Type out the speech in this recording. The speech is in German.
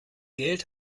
geld